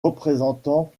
représentant